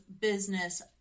business